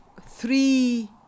three